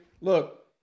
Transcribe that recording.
look